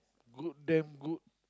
good damn good